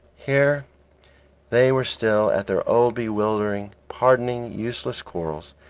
here they were still at their old bewildering, pardonable, useless quarrels,